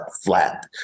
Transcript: flat